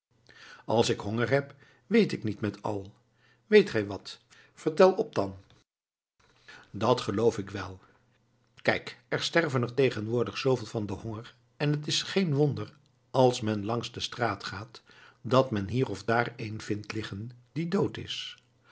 als ik honger heb weet ik niet met al weet gij wat vertel op dan dat geloof ik wel kijk er sterven er tegenwoordig zooveel van den honger en het is geen wonder als men langs de straat gaat dat men er hier of daar een vindt liggen die dood is